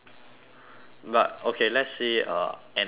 but okay let's say a an outcome of